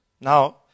Now